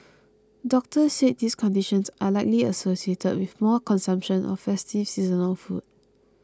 doctors said these conditions are likely associated with more consumption of festive seasonal food